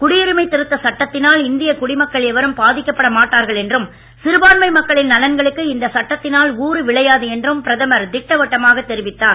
குடியுரிமை திருத்தச் சட்டத்தினால் இந்திய குடிமக்கள் எவரும் பாதிக்கப்பட மாட்டார்கள் என்றும் சிறுபான்மை மக்களின் நலன்களுக்கு இந்த சட்டத்தினால் ஊறு விளையாது என்றும் பிரதமர் திட்டவட்டமாகத் தெரிவித்தார்